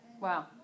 Wow